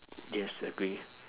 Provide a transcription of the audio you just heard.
yes agree